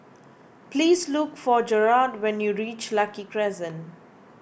please look for Gearld when you reach Lucky Crescent